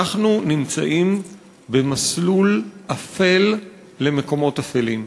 אנחנו נמצאים במסלול אפל למקומות אפלים.